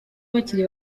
bakiri